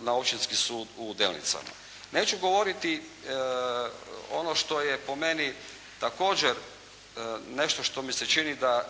na Općinski sud u Delnicama. Neću govoriti ono što je po meni također nešto što mi se čini da